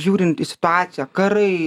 žiūrint į situaciją karai